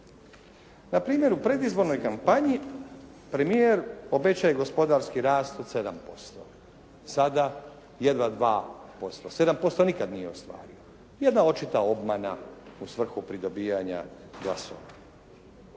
Npr. u predizbornoj kampanji premijer obećaje gospodarski rast od 7%. Sada jedva 2%, 7% nikad nije ostvareno. Jedna očita obmana u svrhu pridobivanja glasova.